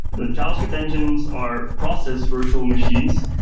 javascript engines are processed virtual machines,